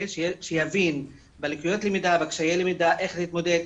שיבין בלקויות למידה וקשיי למידה איך להתמודד,